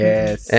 Yes